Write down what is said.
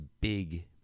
big